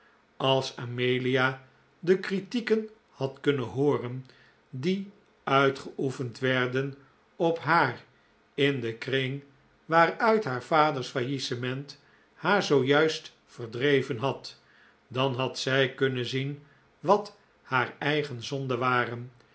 als amelia de critieken had kunnen hooren die uitgeoefend werden op haar in den kring waaruit haar vaders faillissement haar zoo juist verdreven had dan had zij kunnen zien wat haar eigen zonden waren